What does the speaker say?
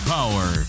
Power